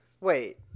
Wait